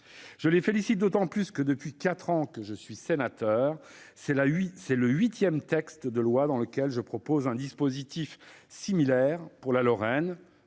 Je les félicite d'autant plus que, depuis quatre ans que je suis sénateur, c'est le huitième texte de loi dans lequel je propose un dispositif similaire pour la Lorraine,